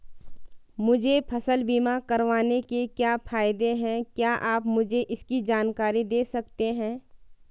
मुझे फसल बीमा करवाने के क्या फायदे हैं क्या आप मुझे इसकी जानकारी दें सकते हैं?